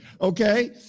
okay